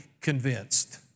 convinced